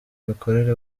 mikorere